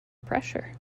pressure